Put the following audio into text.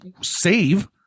save